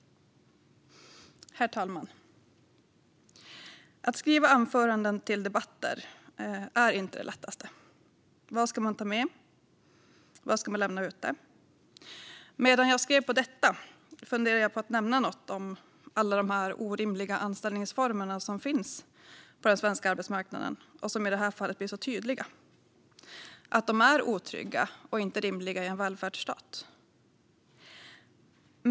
Herr talman! Att skriva anföranden till debatter är inte det lättaste. Vad ska man ta med? Vad ska man utelämna? Medan jag skrev på detta funderade jag på att nämna något om alla de orimliga anställningsformer som finns på den svenska arbetsmarknaden och som i det här fallet blir så tydliga. Det blir tydligt att de är otrygga och inte rimliga i en välfärdsstat.